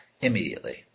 immediately